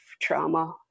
trauma